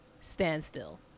standstill